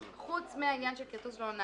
חוץ מהעניין של כרטוס ללא נהג,